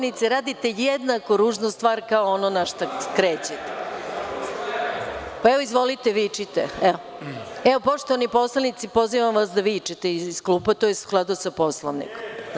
Radite jednako ružnu stvar kao ono na šta skrećete. (Marko Đurišić, s mesta: Na šta ovo liči?) Evo, poštovani poslanici, pozivam vas da vičete iz klupa, to je u skladu sa Poslovnikom.